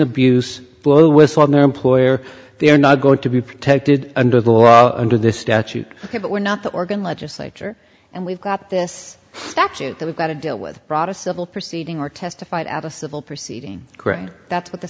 abuse blow the whistle on their employer they're not going to be protected under the law under this statute but we're not the organ legislature and we've got this statute that we've got to deal with brought a civil proceeding or testified at a civil proceeding grand that's what the